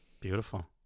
beautiful